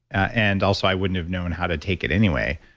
and also, i wouldn't have known how to take it anyway.